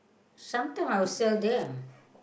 sometimes I will sell them